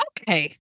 okay